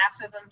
massive